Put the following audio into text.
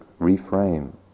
reframe